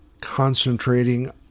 concentrating